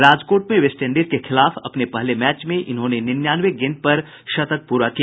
राजकोट में वेस्टइंडीज के खिलाफ अपने पहले मैच में इन्होंने निन्यानवे गेंद पर शतक पूरा किया